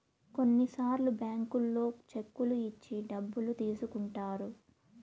కొన్నిసార్లు బ్యాంకుల్లో చెక్కులు ఇచ్చి డబ్బులు తీసుకుంటారు